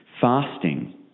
fasting